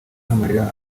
n’amarira